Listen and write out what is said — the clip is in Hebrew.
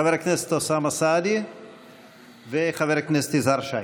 חבר הכנסת אוסאמה סעדי וחבר הכנסת יזהר שי.